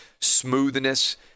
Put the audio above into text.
smoothness